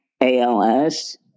ALS